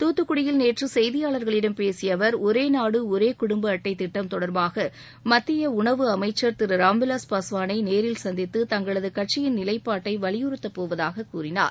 தூத்துக்குடியில் நேற்று செய்தியாளர்களிடம் பேசிய அவர் ஒரே நாடு ஒரே குடும்ப அட்டை திட்டம் தொடர்பாக மத்திய உணவு அமைச்சள் திரு ராம்விலாஸ் பாஸ்வானை நேரில் சந்தித்து தங்களது கட்சியின் நிலைப்பாட்டை வலியுறுத்தப் போவதாக கூறினார்